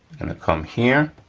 gonna come here,